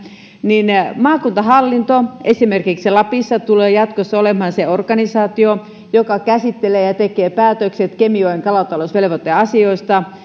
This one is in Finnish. niin maakuntahallinto esimerkiksi lapissa tulee jatkossa olemaan se organisaatio joka käsittelee ja tekee päätökset kemijoen kalatalousvelvoiteasioista